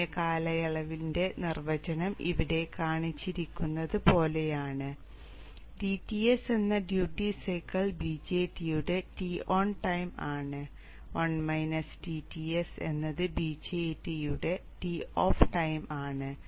സമയ കാലയളവിന്റെ നിർവചനം ഇവിടെ കാണിച്ചിരിക്കുന്നത് പോലെയാണ് dTs എന്ന ഡ്യൂട്ടി സൈക്കിൾ BJT യുടെ Ton ടൈം ആണ് 1 dTs എന്നത് BJT യുടെ Toff ടൈം ആണ്